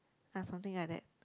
ya something like that